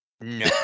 no